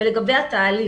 לגבי התהליך.